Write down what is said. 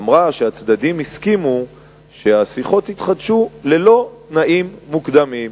אמרה שהצדדים הסכימו שהשיחות יתחדשו ללא תנאים מוקדמים.